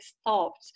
stopped